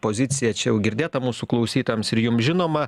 pozicija čia jau girdėta mūsų klausytojams ir jums žinoma